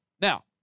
Now